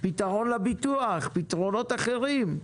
פתרון לביטוח, פתרונות אחרים,